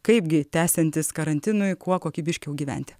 kaipgi tęsiantis karantinui kuo kokybiškiau gyventi